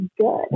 good